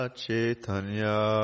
Chaitanya